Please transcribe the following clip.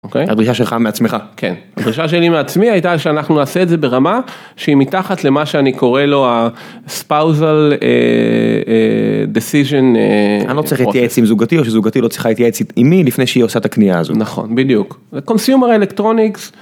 הדרישה שלך מעצמך. כן. הדרישה שלי מעצמי הייתה שאנחנו נעשה את זה ברמה שהיא מתחת למה שאני קורא לו ספאוזל decision. אני לא צריך להתייעץ עם זוגתי או שזוגתי לא צריכה להתייעץ עימי לפני שהיא עושה את הקניייה הזו. נכון, בדיוק, קונסיומר אלקטרוניקס.